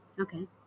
Okay